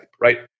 Right